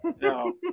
No